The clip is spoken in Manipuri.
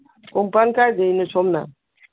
ꯀꯣꯡꯄꯥꯟ ꯀꯥꯏꯗꯩꯅꯣ ꯁꯣꯝꯅ